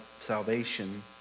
salvation